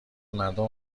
مردم